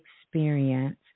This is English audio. experience